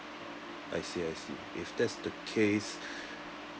I see I see if that's the case